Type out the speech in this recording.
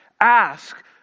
Ask